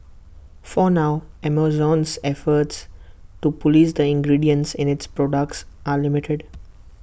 for now Amazon's efforts to Police the ingredients in its products are limited